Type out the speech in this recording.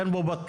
אין פה בטיח.